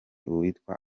uwitwa